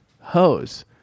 hose